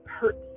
hurt